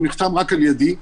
נחתם רק על ידי,